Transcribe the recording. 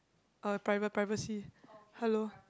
uh private privacy hello